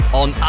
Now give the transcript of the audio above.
on